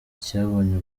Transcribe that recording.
cyabonye